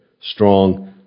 strong